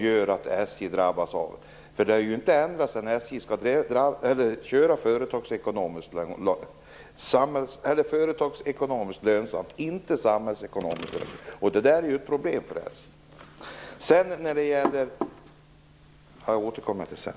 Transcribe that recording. Detta har ju inte ändrats sedan SJ skulle bli företagsekonomiskt och inte samhällsekonomiskt lönsamt. Detta är ett problem för